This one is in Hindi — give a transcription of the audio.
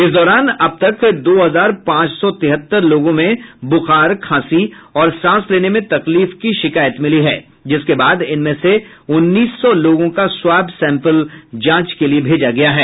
इस दौरान अब तक दो हजार पांच सौ तिहत्तर लोगों में बूखार खांसी और सांस लेने में तकलीफ की शिकायत मिली है जिसके बाद इनमें से उन्नीस सौ लोगों का स्वाब सैंपल जांच के लिए भेजा गया है